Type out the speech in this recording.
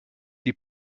die